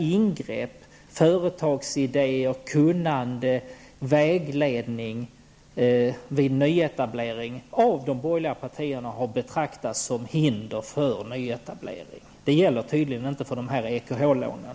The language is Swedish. Ingrepp, företagsidéer, kunnande, vägledning vid nyetablering har av de borgerliga partierna betraktats som hinder för nyetablering. Det gäller tydligen inte EKH-lånen.